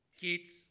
kids